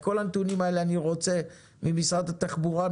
את כל הנתונים האלה אני רוצה ממשרד התחבורה,